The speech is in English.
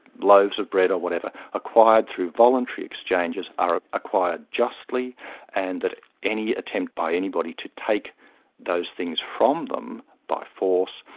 loaves of bread or whatever acquired through voluntary exchanges are acquired justly and that any attempt by anybody to take those things from them by force,